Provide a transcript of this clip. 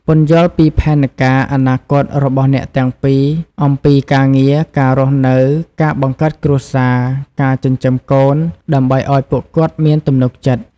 ពន្យល់ពីផែនការអនាគតរបស់អ្នកទាំងពីរអំពី ការងារ ការរស់នៅ ការបង្កើតគ្រួសារ ការចិញ្ចឹមកូន ដើម្បីឱ្យពួកគាត់មានទំនុកចិត្ត។